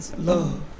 Love